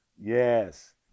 Yes